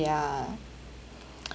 yeah